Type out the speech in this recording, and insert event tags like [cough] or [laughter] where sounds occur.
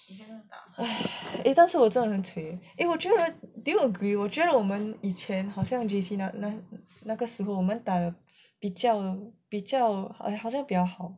[breath] 但是我真的很 cui eh 我觉得 do you agree 我觉得我们以前好像 J_C 那那那个时候我们打比较比较好像比较好